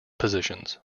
positions